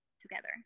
together